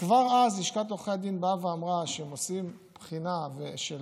וכבר אז לשכת עורכי הדין באה ואמרה שהם עושים בחינה שלה,